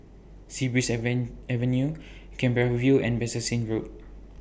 Sea Breeze Avenue Canberra View and Bassein Road